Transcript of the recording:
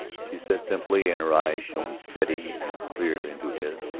she said simply, and her eyes shone steady and clear into his,